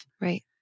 Right